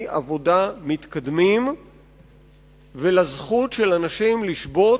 עבודה מתקדמים ולזכות של אנשים לשבות.